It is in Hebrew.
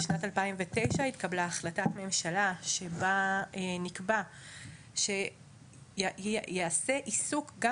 בשנת 2009 התקבלה החלטת ממשלה שבה נקבע שייעשה עיסוק גם